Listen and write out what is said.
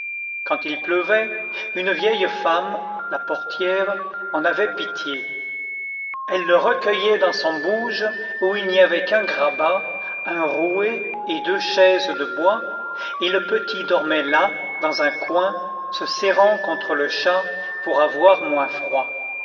quand il pleuvait une vieille femme la portière en avait pitié elle le recueillait dans son bouge où il n'y avait qu'un grabat un rouet et deux chaises de bois et le petit dormait là dans un coin se serrant contre le chat pour avoir moins froid